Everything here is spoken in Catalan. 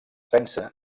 pensa